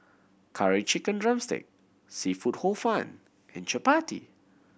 Curry Chicken drumstick seafood Hor Fun and chappati